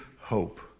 hope